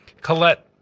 Colette